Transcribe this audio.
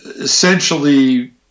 essentially